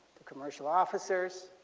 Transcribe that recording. commercial officers.